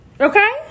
Okay